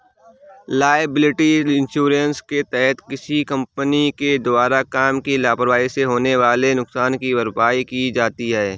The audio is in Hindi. लायबिलिटी इंश्योरेंस के तहत किसी कंपनी के द्वारा काम की लापरवाही से होने वाले नुकसान की भरपाई की जाती है